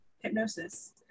hypnosis